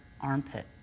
armpit